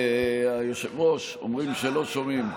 היושב-ראש, אומרים שלא שומעים.